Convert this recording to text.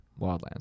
Wildlands